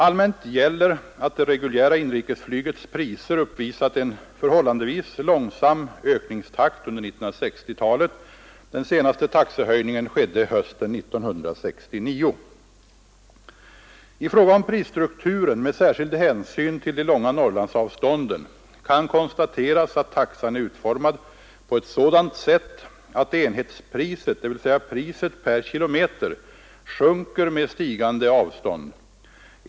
Allmänt gäller att det reguljära inrikesflygets priser uppvisat en förhållandevis långsam ökningstakt under 1960-talet. Den senaste taxehöjningen skedde hösten 1969. I fråga om prisstrukturen med särskild hänsyn till de långa Norrlandsavstånden kan konstateras att taxan är utformad på ett sådant sätt att enhetspriset — dvs. priset per kilometer — sjunker med stigande avstånd.